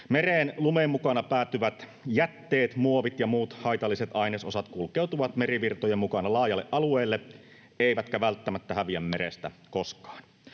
Mereen lumen mukana päätyvät jätteet, muovit ja muut haitalliset ainesosat kulkeutuvat merivirtojen mukana laajalle alueelle eivätkä välttämättä häviä merestä koskaan.